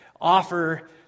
offer